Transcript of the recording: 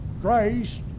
Christ